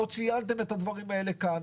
לא ציינתם את הדברים האלה כאן,